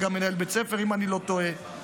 מכיוון שהדברים טרם גובשו בוועדת השרים.